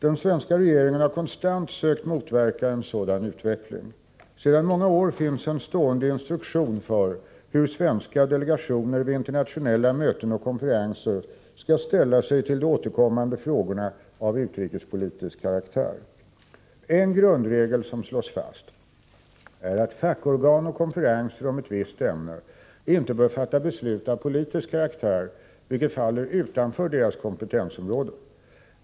Den svenska regeringen har konstant sökt motverka en sådan utveckling. Sedan många år finns en stående instruktion för hur svenska delegationer vid internationella möten och konferenser skall ställa sig till de återkommande frågorna av utrikespolitisk karaktär. En grundregel som slås fast är att fackorgan och konferenser om ett visst ämne inte bör fatta beslut av politisk karaktär, vilket faller utanför deras kompetensområde.